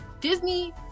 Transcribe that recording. disney